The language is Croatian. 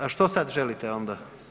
a što sad želite onda?